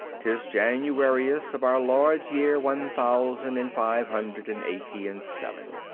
tiz januarius of our lord's year one thousand and five hundred and eighty and seven.